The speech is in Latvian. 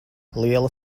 liela